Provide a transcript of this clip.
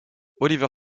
oliver